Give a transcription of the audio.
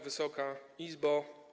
Wysoka Izbo!